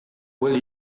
will